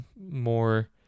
more